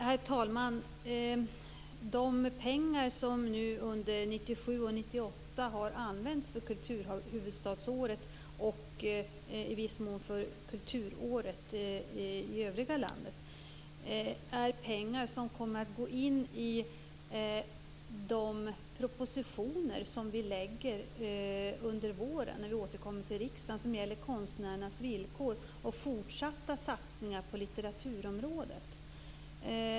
Herr talman! De pengar som nu under 1997 och 1998 har använts för kulturhuvudstadsåret och i viss mån för kulturåret i övriga landet är pengar som kommer att ingå i de propositioner som regeringen lägger fram under våren när den återkommer till riksdagen. Det gäller konstnärernas villkor och fortsatta satsningar på litteraturområdet.